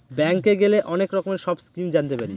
ব্যাঙ্কে গেলে অনেক রকমের সব স্কিম জানতে পারি